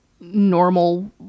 normal